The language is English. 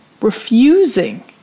refusing